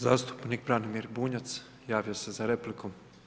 Zastupnik Branimir Bunjac, javio se za repliku.